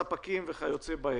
ספקים וכיו"ב.